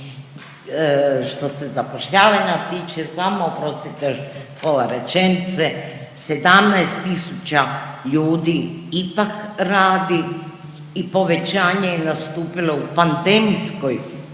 što se zapošljavanja tiče samo oprostite još pola rečenice, 17 tisuća ljudi ipak radi i povećanje im je nastupilo u pandemijskoj